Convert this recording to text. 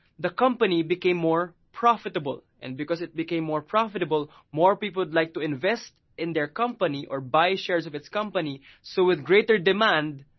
the company became more profitable. and because it became more profitable, more people would like to invest in their company or buy shares of its company. so with greater demand,